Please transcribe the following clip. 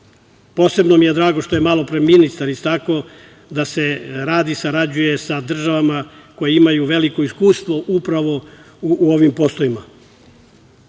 poslovi. Posebno mi je drago što je malopre ministar istakao da se radi i sarađuje sa državama koje imaju veliko iskustvo upravo u ovim poslovima.